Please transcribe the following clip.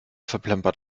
verplempert